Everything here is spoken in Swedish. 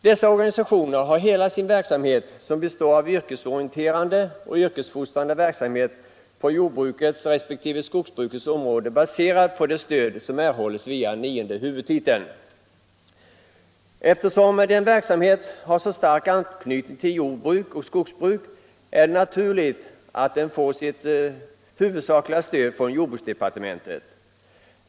Dessa organisationer har hela sin verksamhet, som består av yrkesorienterande och yrkesfostrande verksamhet på jordbrukets resp. skogsbrukets område, baserad på det stöd som erhålles via nionde huvudtiteln. Eftersom den verksamheten har så stark anknytning till jordbruk och skogsbruk, är det naturligt att den får sitt huvudsakliga stöd från jordbruksdepartementet.